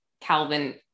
Calvin